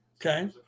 okay